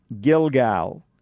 Gilgal